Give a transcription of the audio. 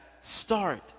start